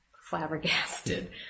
flabbergasted